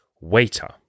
Waiter